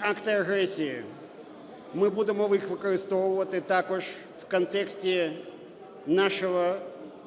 акт агресії. Ми будемо їх використовувати також в контексті нашого